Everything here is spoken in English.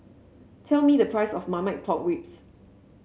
tell me the price of Marmite Pork Ribs